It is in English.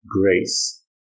grace